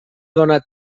donar